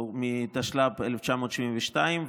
התשל"ב 1972,